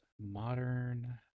Modern